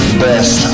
best